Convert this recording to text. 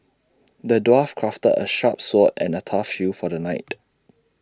the dwarf crafted A sharp sword and A tough shield for the knight